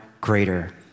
greater